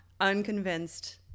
unconvinced